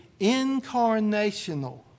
incarnational